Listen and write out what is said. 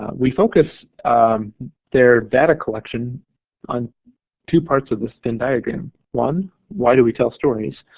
ah we focus their data collection on two parts of this venn diagram one, why do we tell stories?